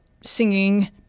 singing